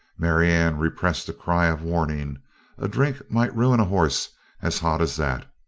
marianne repressed a cry of warning a drink might ruin a horse as hot as that.